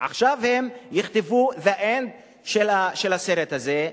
עכשיו הם יכתבו the end של הסרט הזה,